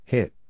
Hit